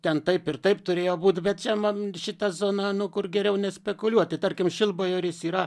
ten taip ir taip turėjo būti bet čia man šita zona nu kur geriau nespekuliuoti tarkim šilbajoris yra